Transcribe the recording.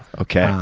okay.